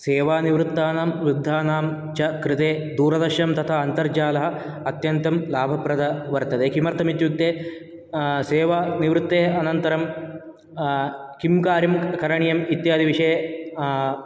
सेवानिवृत्तानां वृद्धानां च कृते दूरदर्शनं तथा अन्तर्जालः अत्यन्तं लाभप्रदः वर्तते किमर्थं इत्युक्ते सेवानिवृत्तेः अनन्तरं किं कार्यं करणीयम् इत्यादि विषये